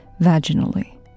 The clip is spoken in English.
vaginally